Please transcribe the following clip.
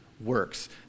works